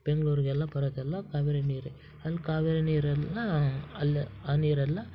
ಬೆಂಗ್ಳೂರಿಗೆಲ್ಲ ಬರೋದೆಲ್ಲ ಕಾವೇರಿ ನೀರೇ ಅಲ್ಲಿ ಕಾವೇರಿ ನೀರೆಲ್ಲಾ ಅಲ್ಲಿ ಆ ನೀರೆಲ್ಲ